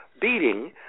beating